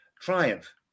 Triumph